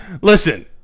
Listen